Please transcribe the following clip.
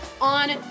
on